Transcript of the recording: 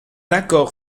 accord